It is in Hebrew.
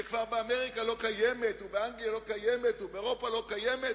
שבאמריקה כבר לא קיימת ובאנגליה לא קיימת ובאירופה לא קיימת,